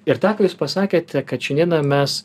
ir tą ką jūs pasakėte kad šiandieną mes